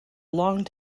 long